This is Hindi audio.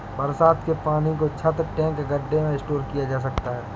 बरसात के पानी को छत, टैंक, गढ्ढे में स्टोर किया जा सकता है